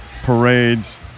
parades